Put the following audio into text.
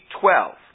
twelve